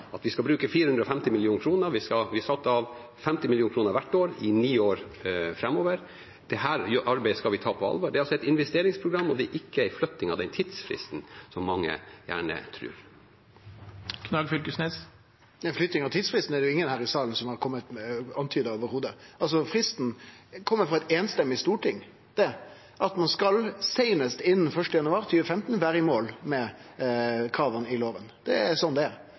Dette arbeidet skal vi ta på alvor. Det er altså et investeringsprogram, ikke flytting av den tidsfristen, slik mange gjerne tror. Flytting av tidsfristen er det ingen her i salen som har antyda i det heile. Fristen kjem frå eit einstemmig storting, at ein seinast innan 1. januar 2015 skulle vere i mål med krava i lova. Det er slik det er.